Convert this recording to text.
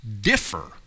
differ